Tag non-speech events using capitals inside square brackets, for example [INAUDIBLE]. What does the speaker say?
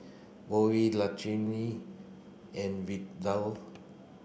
Boysie [UNINTELLIGIBLE] and Vidal